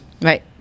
Right